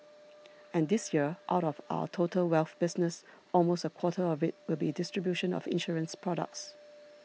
and this year out of our total wealth business almost a quarter of it will be distribution of insurance products